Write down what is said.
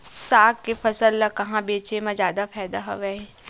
साग के फसल ल कहां बेचे म जादा फ़ायदा हवय?